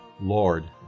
Lord